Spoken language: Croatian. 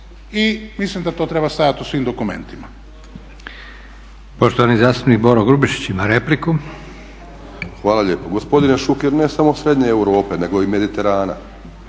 i mislim da to treba stajat u svim dokumentima.